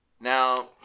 Now